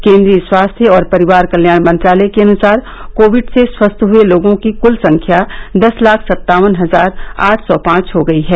केंद्रीय स्वास्थ्य और परिवार कल्याण मंत्रालय के अनुसार कोविड से स्वस्थ हुए लोगों की कुल संख्या दस लाख सत्तावन हजार आठ सौ पांच हो गई है